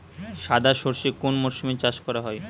সাদা সর্ষে কোন মরশুমে চাষ করা হয়?